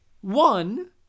One